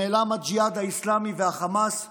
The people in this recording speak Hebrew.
נעלמו הג'יהאד האסלאמי והחמאס מהדרום?